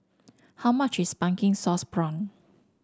how much is pumpkin sauce prawn